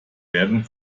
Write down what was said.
werden